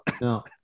no